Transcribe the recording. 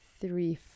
Three